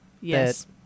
Yes